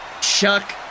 Chuck